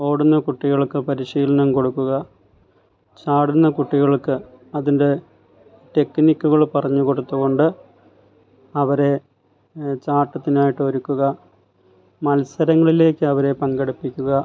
ഓടുന്ന കുട്ടികൾക്ക് പരിശീലനം കൊടുക്കുക ചാടുന്ന കുട്ടികൾക്ക് അതിൻ്റെ ടെക്നിക്കുകൾ പറഞ്ഞുകൊടുത്തുകൊണ്ട് അവരെ ചാട്ടത്തിനായിട്ട് ഒരുക്കുക മത്സരങ്ങളിലേക്കവരെ പങ്കെടുപ്പിക്കുക